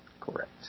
Correct